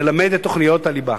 ללימוד מקצועות הליבה?